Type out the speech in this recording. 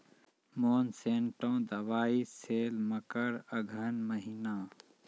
Monsanto दवाई sale मकर अघन महीना,